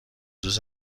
روز